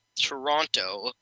Toronto